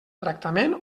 tractament